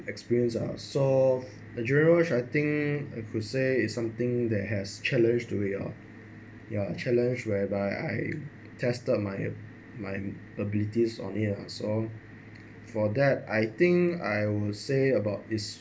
experience ah so I think I could say is something that has challenge to it lor ya challenge whereby I tested my my abilities on it lah so for that I think I would say about is